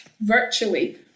virtually